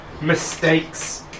Mistakes